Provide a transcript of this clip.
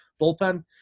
bullpen